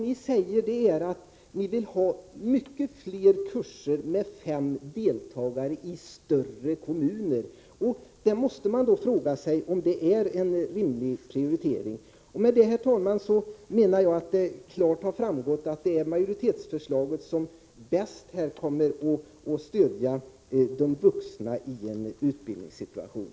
Ni säger er vilja ha många fler kurser med fem deltagare i större kommuner. Jag frågar mig om det är en rimlig prioritering. Med det, herr talman, anser jag att det klart har framgått att majoritetsförslaget är det förslag som bäst kommer att stödja de vuxna i en utbildningssituation.